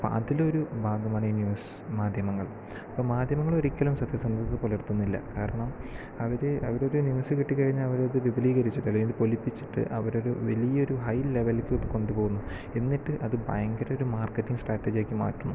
അപ്പം അതിലൊരു ഭാഗമാണ് ഈ ന്യൂസ് മാധ്യമങ്ങൾ ഇപ്പം മാധ്യമങ്ങൾ ഒരിക്കലും സത്യസന്ധത പുലർത്തുന്നില്ല കാരണം അവര് അവരൊരു ന്യൂസ് കിട്ടി കഴിഞ്ഞാൽ അവരതു വിപുലീകരിച്ചിട്ട് അല്ലേ അത് പൊലിപ്പിച്ചിട്ട് അവരൊരു വലിയൊരു ഹൈ ലെവലിലേയ്ക്ക് കൊണ്ടു പോകുന്നു എന്നിട്ട് അത് ഭയങ്കരൊരു മാർക്കറ്റിംഗ് സ്ട്രാറ്റജി ആക്കി മാറ്റുന്നു